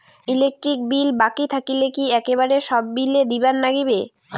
Electric bill বাকি থাকিলে কি একেবারে সব বিলে দিবার নাগিবে?